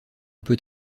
peut